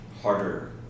harder